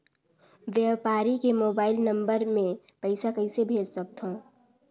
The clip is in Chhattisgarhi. व्यापारी के मोबाइल नंबर मे पईसा कइसे भेज सकथव?